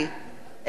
אינו נוכח